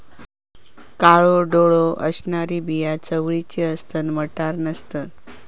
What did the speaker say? काळो डोळो असणारी बिया चवळीची असतत, मटार नसतत